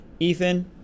Ethan